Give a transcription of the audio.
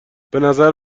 بنظر